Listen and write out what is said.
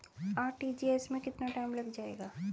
RTGS में कितना time लग जाएगा?